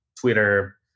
Twitter